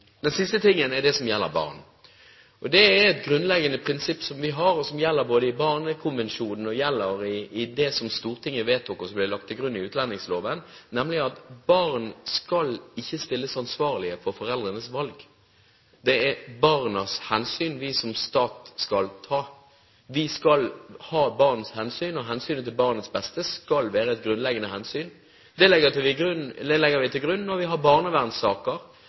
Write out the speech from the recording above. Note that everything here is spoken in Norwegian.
Det siste gjelder barn. Det er et grunnleggende prinsipp vi har, som gjelder både i barnekonvensjonen og i det som Stortinget vedtok, og som ble lagt til grunn i utlendingsloven, nemlig at barn ikke skal stilles ansvarlig for foreldrenes valg. Det er barna vi som stat skal ta hensyn til – vi skal ta hensyn til barna. Hensynet til barnets beste skal være et grunnleggende hensyn. Det legger vi til grunn når vi har barnevernssaker. Foreldre tar mange gale valg. Likevel sier vi at da griper vi